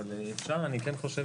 אבל אני כן חושב,